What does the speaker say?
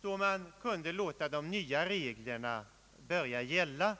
från vilken de nya reglerna skulle börja gälla.